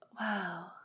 Wow